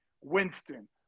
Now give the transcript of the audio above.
Winston